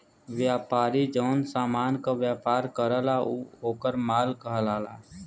व्यापारी जौन समान क व्यापार करला उ वोकर माल कहलाला